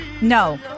no